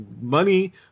money